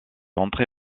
entré